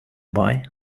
buy